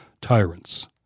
tyrants